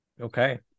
okay